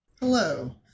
Hello